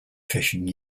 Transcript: fishing